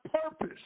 purpose